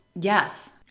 Yes